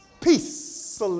Peace